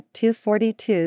242